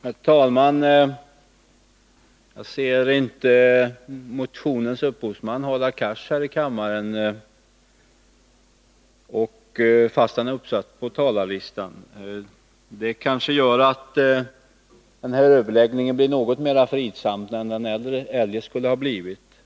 Herr talman! Motionens upphovsman Hadar Cars befinner sig inte här i kammaren, trots att han är uppsatt på talarlistan. Det kanske gör att den här överläggningen blir något mer fridsam än den eljest skulle ha blivit.